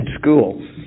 school